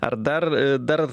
ar dar dar